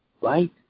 right